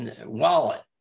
wallet